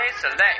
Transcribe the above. Select